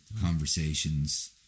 Conversations